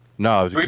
No